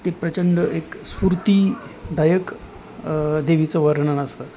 ते प्रचंड एक स्फूर्तीदायक देवीचं वर्णन असतं